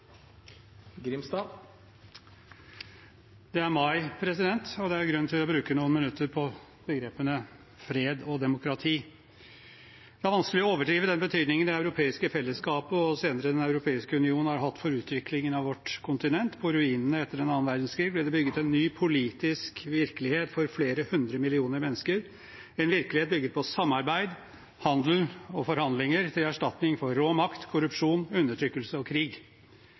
energiministeren. Det er mai, og det er grunn til å bruke noen minutter på begrepene fred og demokrati. Det er vanskelig å overdrive den betydningen Det europeiske fellesskap og senere Den europeiske union har hatt for utviklingen av vårt kontinent. På ruinene etter annen verdenskrig ble det bygget en ny politisk virkelighet for flere hundre millioner mennesker, en virkelighet bygget på samarbeid, handel og forhandlinger, til erstatning for rå makt, korrupsjon, undertrykkelse og krig.